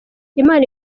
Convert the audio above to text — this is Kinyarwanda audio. imana